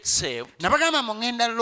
saved